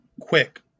quick